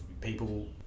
people